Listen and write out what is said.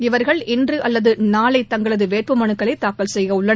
இவர்கள் இன்று அல்லது நாளை தங்களது வேட்பு மனுக்களை தாக்கல் செய்யவுள்ளனர்